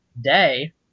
day